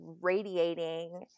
radiating